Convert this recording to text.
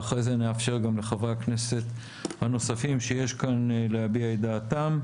ואחרי זה נאפשר גם לחברי הכנסת הנוספים שיש כאן להביע את דעתם,